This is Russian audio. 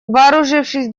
вооружившись